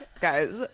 Guys